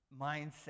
mindset